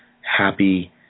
happy